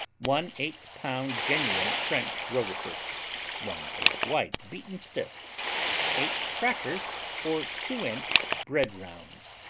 one eight pound genuine french roquefort one egg white, beaten stiff eight crackers or two inch bread rounds